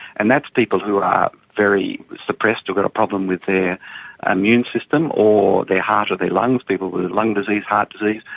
and that's people who are very suppressed, who've got a problem with their immune system, or their heart or their lungs, people with lung disease, heart disease,